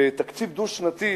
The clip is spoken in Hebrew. ותקציב דו-שנתי,